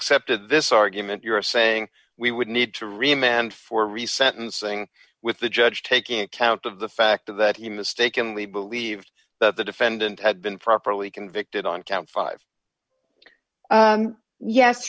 accepted this argument you're saying we would need to re man for re sentencing with the judge taking account of the fact that he mistakenly believed that the defendant had been properly convicted on count five